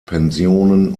pensionen